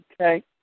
Okay